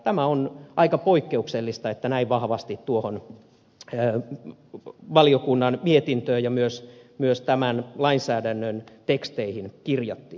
tämä on aika poikkeuksellista että tämä näin vahvasti tuohon valiokunnan mietintöön ja myös tämän lainsäädännön teksteihin kirjattiin